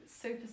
super